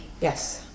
Yes